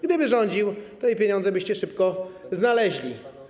Gdyby rządził, to i pieniądze byście szybko znaleźli.